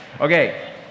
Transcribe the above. Okay